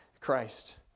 Christ